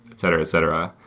etc, etc.